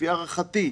לפי הערכתי,